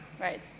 Right